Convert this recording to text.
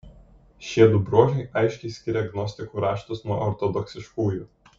šiedu bruožai aiškiai skiria gnostikų raštus nuo ortodoksiškųjų